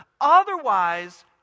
Otherwise